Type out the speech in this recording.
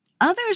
others